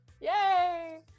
Yay